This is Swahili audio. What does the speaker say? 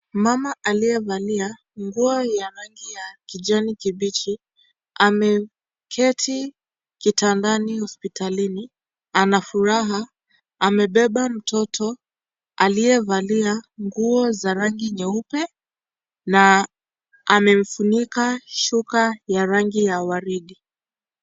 Mama aliyevalia nguo ya rangi ya kijani kibichi. Ameketi kitandani hospitalini. Ana furaha. Amebeba mtoto aliyevalia nguo za rangi nyeupe na amemfunika shuka ya rangi ya waridi.